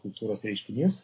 kultūros reiškinys